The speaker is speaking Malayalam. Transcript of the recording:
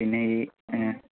പിന്നെ ഈ